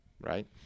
Right